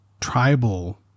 tribal